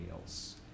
else